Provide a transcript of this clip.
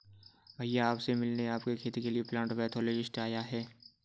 भैया आप से मिलने आपके खेत के लिए प्लांट पैथोलॉजिस्ट आया है